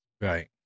right